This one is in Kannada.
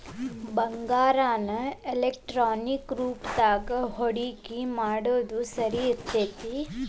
ಬಂಗಾರಾನ ಎಲೆಕ್ಟ್ರಾನಿಕ್ ರೂಪದಾಗ ಹೂಡಿಕಿ ಮಾಡೊದ್ ಸರಿ ಇರ್ತೆತಿ